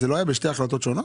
זה לא היה בשתי החלטות שונות?